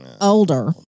older